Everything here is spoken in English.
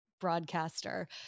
broadcaster